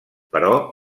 però